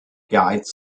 guides